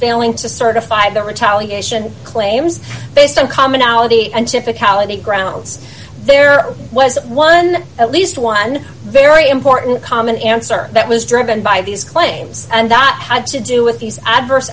failing to certify the retaliation claims based on commonality and typicality grounds there was one at least one very important common answer that was driven by these claims and that had to do with these adverse